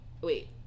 wait